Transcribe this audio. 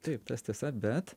taip tas tiesa bet